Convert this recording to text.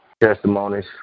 testimonies